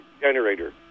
generator